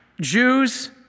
jews